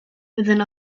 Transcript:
within